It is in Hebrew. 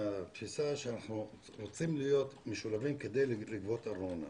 מהתפיסה שאנחנו רוצים להיות משולבים כדי לגבות ארנונה.